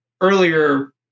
earlier